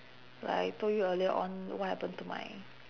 like I told you earlier on what happen to my